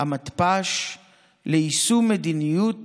המתפ"ש ליישום מדיניות